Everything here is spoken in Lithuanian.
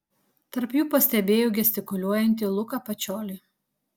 tarp jų pastebėjau gestikuliuojantį luką pačiolį